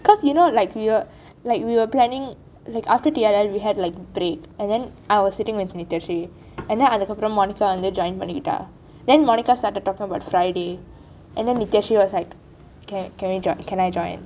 cause you know like we were like we were planning like after T_L_S we had like break and then I was sitting with nityashree and then அதற்கு அப்ரம்:atharku apram monica join பண்ணிக்கிட்டா:pannikitta then monica started talking about friday and nityashree was like can I join